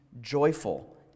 joyful